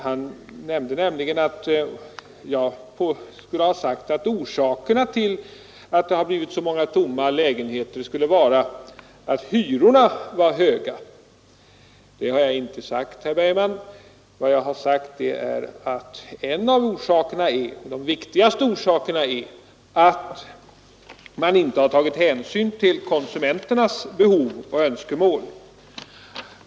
Herr Bergman påstod att jag skulle ha sagt att orsaken till att det har blivit så många lägenheter skulle vara att hyrorna var höga. Det har jag inte sagt, herr Bergman. Vad jag har sagt är att en av de viktigaste orsakerna är att man inte tagit hänsyn till konsumenternas behov och önskemål.